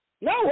No